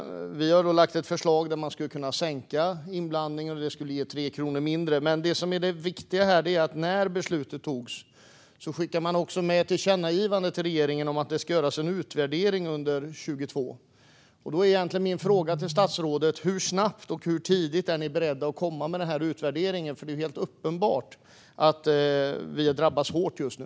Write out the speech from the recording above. Vi har lagt fram ett förslag om att sänka inblandningen, vilket skulle ge en sänkning med 3 kronor. Det viktiga här är dock att man när beslutet togs skickade med ett tillkännagivande till regeringen om att det skulle göras en utvärdering under 2022. Min fråga till statsrådet är därför: Hur snabbt och hur tidigt är ni beredda att komma med utvärderingen? Det är nämligen uppenbart att vi drabbas hårt just nu.